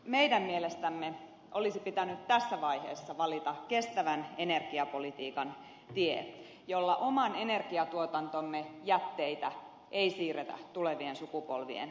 meidän mielestämme olisi pitänyt tässä vaiheessa valita kestävän energiapolitiikan tie jolla oman energiatuotantomme jätteitä ei siirretä tulevien sukupolvien kannettavaksi